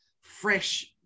fresh